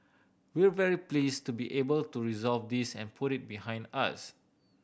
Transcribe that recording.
we're very pleased to be able to resolve this and put it behind us